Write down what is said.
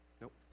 Nope